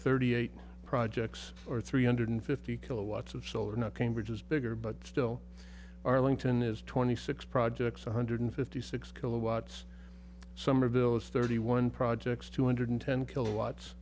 thirty eight projects or three hundred fifty kilowatts of solar not cambridge is bigger but still arlington is twenty six projects one hundred fifty six kilowatts somerville is thirty one projects two hundred ten kilowatts